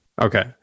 Okay